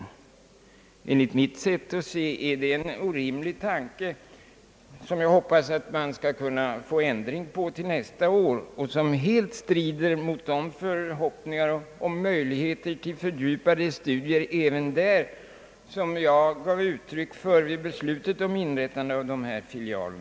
Detta är en enligt mitt sätt att se orimlig tanke, som jag hoppas att man skall ompröva till nästa år och som helt strider mot de förhoppningar om möjligheter till fördjupade studier även där, vilka jag gav uttryck för vid inrättandet av dessa universitetsfilialer.